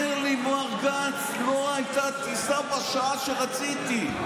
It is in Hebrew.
אומר לי מר גנץ: לא הייתה טיסה בשעה שרציתי,